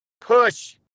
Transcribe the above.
push